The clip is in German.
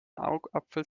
augapfel